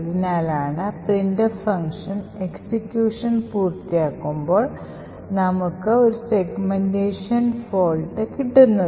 അതിനാലാണ് printf function execution പൂർത്തിയാകുമ്പോൾ നമുക്ക് ഒരു സെഗ്മെന്റേഷൻ തകരാർ കിട്ടുന്നത്